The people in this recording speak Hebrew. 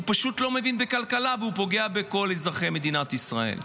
פשוט לא מבין בכלכלה ופוגע בכל אזרחי מדינת ישראל.